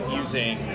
using